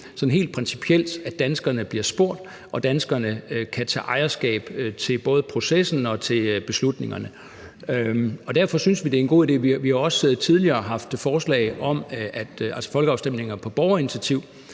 sådan helt principielt, at danskerne bliver spurgt, og at danskerne kan tage ejerskab over både processen og beslutningerne, og derfor synes vi, det er en god idé. Vi har også tidligere haft forslag om folkeafstemninger på borgerinitiativ,